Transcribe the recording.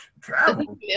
travel